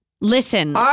Listen